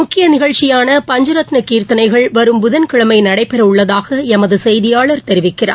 முக்கிய நிகழ்ச்சியான பஞ்சரத்ன கீர்த்தனைகள் வரும் புதன்கிழமை நடைபெறவுள்ளதாக ளமது செய்தியாளர் தெரிவிக்கிறார்